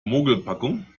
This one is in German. mogelpackung